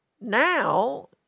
now